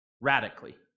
radically